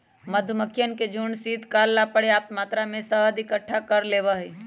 मधुमक्खियन के झुंड शीतकाल ला पर्याप्त मात्रा में शहद इकट्ठा कर लेबा हई